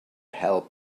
help